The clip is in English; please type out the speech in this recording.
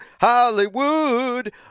Hollywood